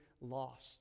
lost